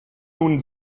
nun